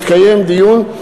יתקיים דיון,